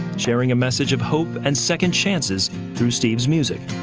sharing a message of hope and second chances through steve's music,